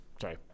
Sorry